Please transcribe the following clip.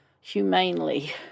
humanely